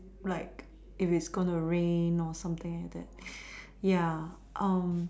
like if it's going to rain or something like that